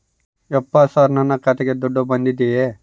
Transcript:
ಯಪ್ಪ ಸರ್ ನನ್ನ ಖಾತೆಗೆ ದುಡ್ಡು ಬಂದಿದೆಯ?